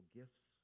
gifts